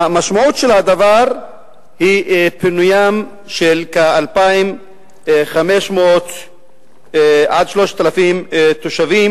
המשמעות של הדבר היא פינוים של 2,500 3,000 תושבים